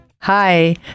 Hi